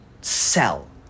sell